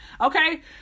okay